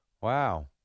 Wow